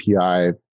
API